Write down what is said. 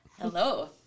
Hello